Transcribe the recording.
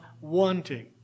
wanting